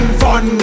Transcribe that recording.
fun